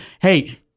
Hey